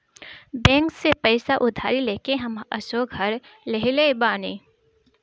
bank से पईसा उधारी लेके हम असो घर लीहले बानी